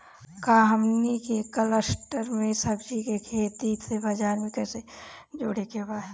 का हमनी के कलस्टर में सब्जी के खेती से बाजार से कैसे जोड़ें के बा?